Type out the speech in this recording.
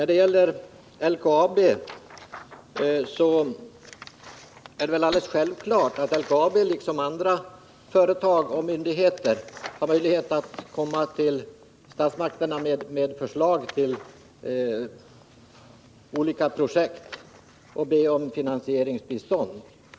Det är helt självklart att LKAB liksom andra företag och myndigheter har möjlighet att komma till statsmakterna med förslag på olika projekt och be om finansieringsbistånd.